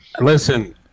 Listen